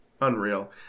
Unreal